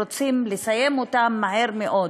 רוצים לסיים אותם מהר מאוד.